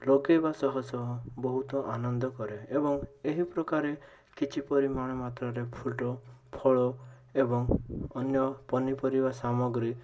ଲଗେଇବା ସହ ସହ ବହୁତ ଆନନ୍ଦ କରେ ଏବଂ ଏହି ପ୍ରକାରେ କିଛି ପରିମାଣ ମାତ୍ରାରେ ଫୁଲ ଫଳ ଏବଂ ଅନ୍ୟ ପନିପରିବା ସାମଗ୍ରୀ